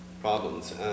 problems